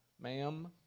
Ma'am